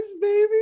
baby